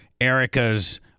Erica's